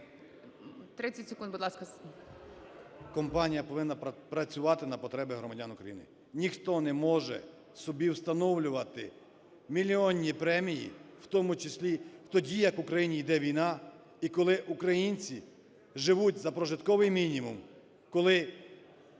Компанія повинна працювати на потреби громадян України. Ніхто не може собі встановлювати мільйонні премії, в тому числі тоді, як в Україні йде війна, і коли українці живуть за прожитковий мінімум, коли